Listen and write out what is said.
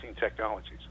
technologies